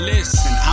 Listen